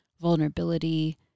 vulnerability